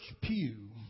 pew